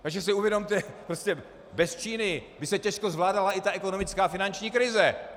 Takže si uvědomte, prostě bez Číny by se těžko zvládala i ta ekonomická a finanční krize.